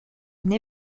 une